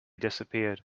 disappeared